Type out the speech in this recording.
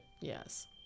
Yes